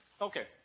Okay